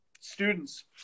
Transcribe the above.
students